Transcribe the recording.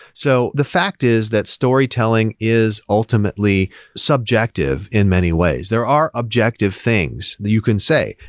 so the fact is that storytelling is ultimately subjective in many ways. there are objective things that you can say.